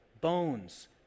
bones